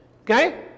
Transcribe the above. Okay